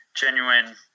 genuine